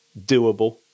doable